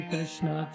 Krishna